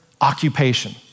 occupation